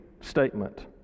statement